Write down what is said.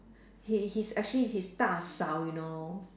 he his actually his 大嫂 you know